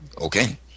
Okay